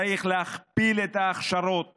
צריך להכפיל את ההכשרות